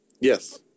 Yes